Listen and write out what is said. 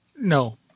No